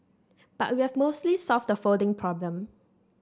but we've mostly solved the folding problem